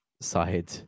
side